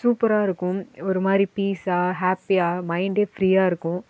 சூப்பராக இருக்கும் ஒரு மாதிரி பீசாக ஹேப்பியாக மைண்ட்டே ஃப்ரீயாக இருக்கும்